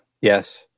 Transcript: Yes